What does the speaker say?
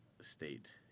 state